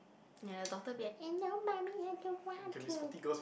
and the daughter be like eh no mummy I don't want to